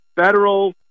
federal